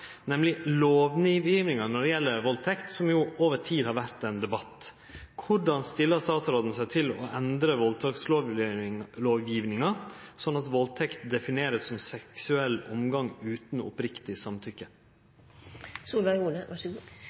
nemleg lovgivinga når det gjeld valdtekt, som over tid har vore ein debatt. Korleis stiller statsråden seg til å endre valdtektslovgivinga, at valdtekt vert definert som seksuell omgang utan oppriktig